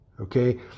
Okay